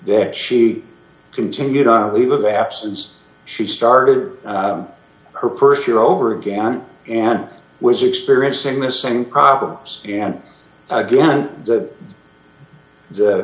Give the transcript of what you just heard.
that she continued on a leave of absence she started her purse year over again and was experiencing the same problems and again that th